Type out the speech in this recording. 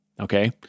okay